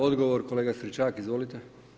Odgovor, kolega Stričak, izvolite.